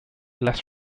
less